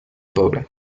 pobre